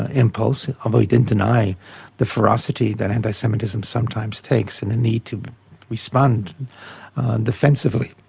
ah impulse, although he didn't deny the ferocity that anti-semitism sometimes takes, and the need to respond defensively.